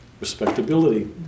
respectability